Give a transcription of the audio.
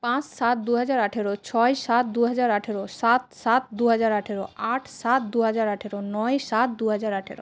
পাঁচ সাত দুহাজার আঠেরো ছয় সাত দুহাজার আঠেরো সাত সাত দুহাজার আঠেরো আট সাত দুহাজার আঠেরো নয় সাত দুহাজার আঠেরো